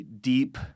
deep